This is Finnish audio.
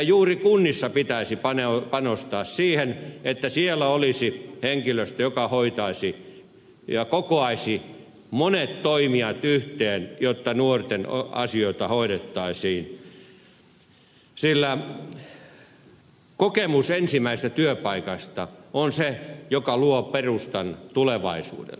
juuri kunnissa pitäisi panostaa siihen että siellä olisi henkilöstö joka hoitaisi ja kokoaisi monet toimijat yhteen jotta nuorten asioita hoidettaisiin sillä kokemus ensimmäisestä työpaikasta on se joka luo perustan tulevaisuudelle